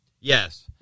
Yes